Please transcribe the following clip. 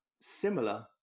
similar